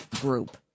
group